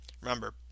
Remember